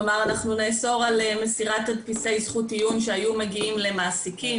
כלומר: אנחנו נאסור על מסירת תדפיסי זכות עיון שהיו מגיעים למעסיקים.